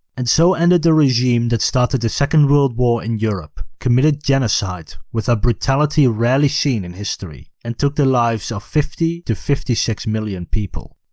and so ended the regime that started the second world war in europe, committed genocide with a brutality rarely seen in history, and took the lives of fifty fifty six million people.